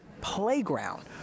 playground